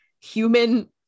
human